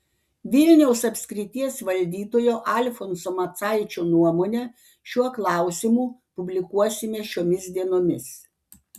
vilniaus apskrities valdytojo alfonso macaičio nuomonę šiuo klausimu publikuosime šiomis dienomis